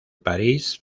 parís